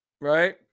Right